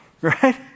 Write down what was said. Right